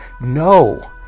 No